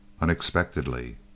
unexpectedly